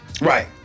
Right